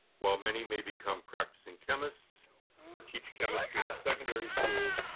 while many may become practicing chemists or teach chemistry in secondary school,